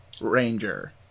Ranger